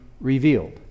revealed